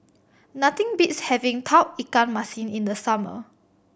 nothing beats having Tauge Ikan Masin in the summer